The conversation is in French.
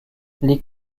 les